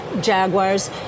Jaguar's